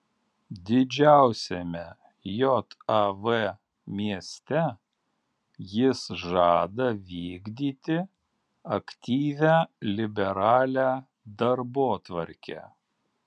didžiausiame jav mieste jis žada vykdyti aktyvią liberalią darbotvarkę